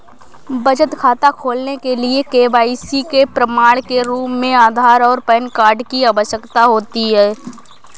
बचत खाता खोलने के लिए के.वाई.सी के प्रमाण के रूप में आधार और पैन कार्ड की आवश्यकता होती है